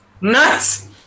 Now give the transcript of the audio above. Nuts